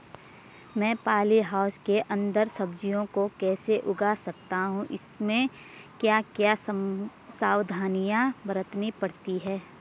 मैं poly house के अन्दर सब्जियों को कैसे उगा सकता हूँ इसमें क्या क्या सावधानियाँ बरतनी पड़ती है?